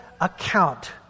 account